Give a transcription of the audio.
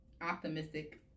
optimistic